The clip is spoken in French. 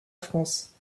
france